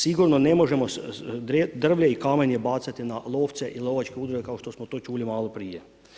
Sigurno ne možemo drvlje i kamenje bacati na lovce i lovačke udruge kao što smo to čuli maloprije.